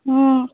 হুম